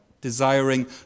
desiring